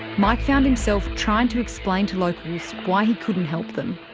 mike found himself trying to explain to locals why couldn't help them.